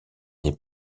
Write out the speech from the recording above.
des